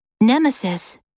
Nemesis